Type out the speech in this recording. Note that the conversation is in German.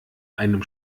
einem